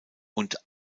und